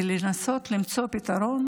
ולנסות למצוא פתרון.